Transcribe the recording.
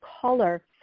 color